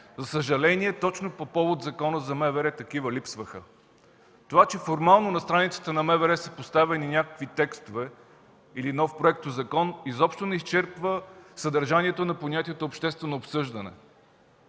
За съжаление, точно по повод Закона за МВР такива липсваха. Това, че формално на страницата на МВР са поставени някакви текстове или нов проектозакон, изобщо не изчерпва съдържанието на понятието „обществено обсъждане”.